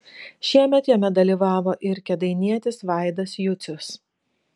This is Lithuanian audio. šiemet jame dalyvavo ir kėdainietis vaidas jucius